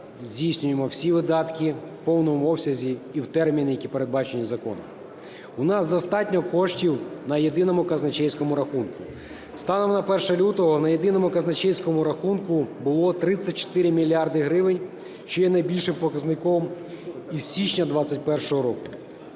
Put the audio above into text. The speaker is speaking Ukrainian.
здійснюємо всі видатки в повному обсязі і в терміни, які передбачені законом. У нас достатньо коштів на єдиному казначейському рахунку. Станом на 1 лютого на єдиному казначейському рахунку було 34 мільярди гривень, що є найбільшим показником із січня 21-го року.